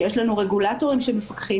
שיש לנו רגולטורים שמפקחים,